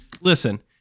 Listen